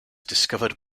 discovered